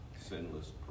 sinless